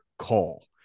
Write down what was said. Call